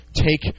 take